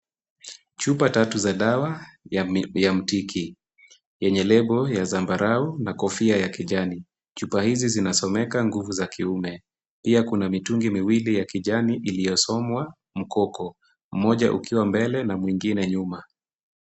Chupa tatu za dawa ya mtiki yenye lebo ya zambarau na kofia ya kijani. Chupa hizi zinasomeka nguvu za kiume. Pia kuna mitungi miwili ya kijani iliyosomwa mkoko mmoja ukiwa mbele na mwingine nyuma.